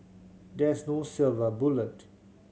there is no silver bullet